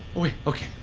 wait. okay,